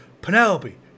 Penelope